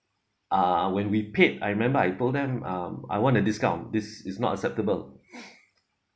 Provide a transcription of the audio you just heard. uh when we paid I remember I told them um I want a discount this is not acceptable